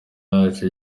yacyo